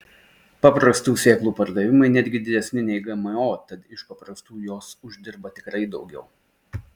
paprastų sėklų pardavimai netgi didesni nei gmo tad iš paprastų jos uždirba tikrai daugiau